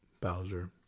Bowser